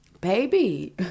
baby